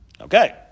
Okay